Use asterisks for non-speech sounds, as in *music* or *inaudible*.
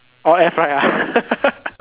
all air fried ah *laughs*